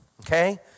okay